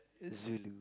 zulu